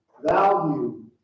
value